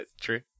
true